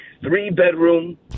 three-bedroom